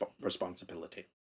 responsibility